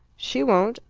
she won't.